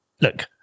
Look